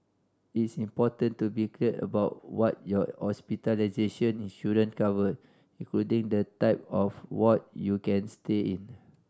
it's important to be clear about what your hospitalization insurance cover including the type of ward you can stay in